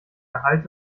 erhalt